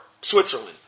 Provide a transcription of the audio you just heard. Switzerland